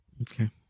Okay